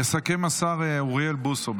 יסכם השר אוריאל בוסו.